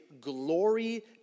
glory